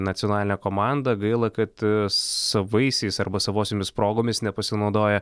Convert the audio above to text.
nacionalinę komandą gaila kad savaisiais arba savosiomis progomis nepasinaudojo